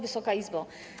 Wysoka Izbo!